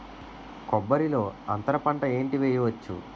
కొబ్బరి లో అంతరపంట ఏంటి వెయ్యొచ్చు?